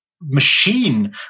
machine